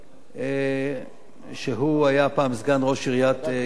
הוא היה פעם סגן ראש עיריית גבעתיים,